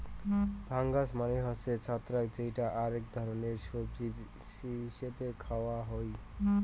fungus মানে হসে ছত্রাক যেইটা আক ধরণের সবজি হিছেবে খায়া হই